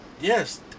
yes